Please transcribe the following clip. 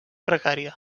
precària